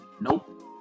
Nope